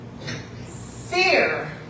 fear